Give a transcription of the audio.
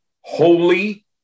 holy